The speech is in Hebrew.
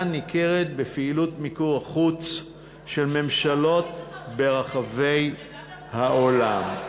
ניכרת בפעילות מיקור החוץ של ממשלות ברחבי העולם,